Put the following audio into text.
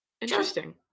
Interesting